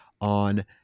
on